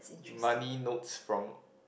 money notes from